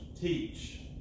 teach